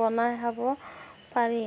বনাই খাব পাৰি